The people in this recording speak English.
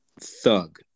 thug